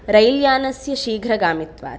रैल्यानस्य शीघ्रगामित्वात्